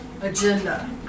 Agenda